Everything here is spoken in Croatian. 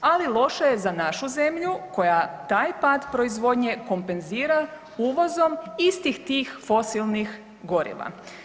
Ali loše je za našu zemlju koja taj pad proizvodnje kompenzira uvozom istih tih fosilnih goriva.